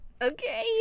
Okay